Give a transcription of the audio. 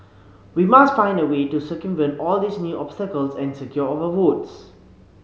we must find a way to circumvent all these new obstacles and secure our votes